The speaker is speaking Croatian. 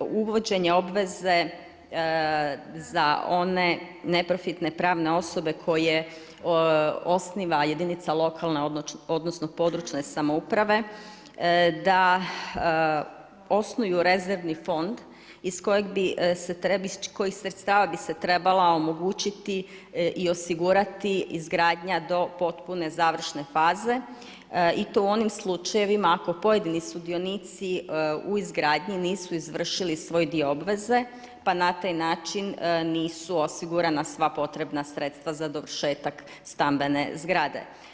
obveze za one neprofitne pravne osobe koje osniva jedinica lokalne odnosno područne samouprave, da osnuju rezervni fond iz kojeg sredstava bi se trebala omogućiti i osigurati izgradnja do potpuno, završne faze i to u onim slučajevima ako pojedini sudionici u izgradnji nisu izvršili svoj dio obveze pa na taj način nisu osigurana sva potrebna sredstva za dovršetak stambene zgrade.